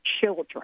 children